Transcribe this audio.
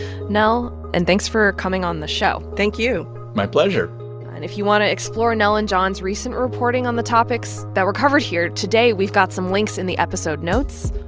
nell. and thanks for coming on the show thank you my pleasure and if you want to explore nell and jon's recent reporting on the topics that were covered here today, we've got some links in the episode notes.